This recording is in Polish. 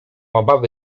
obawy